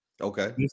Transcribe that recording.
Okay